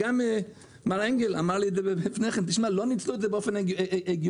גם מר אנגל אמר לי קודם שלא ניצלו את זה באופן הגיוני,